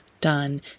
done